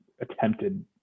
attempted